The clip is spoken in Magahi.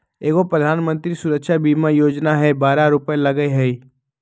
एगो प्रधानमंत्री सुरक्षा बीमा योजना है बारह रु लगहई?